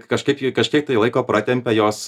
kažkaip ji kažkiek tai laiko pratempia jos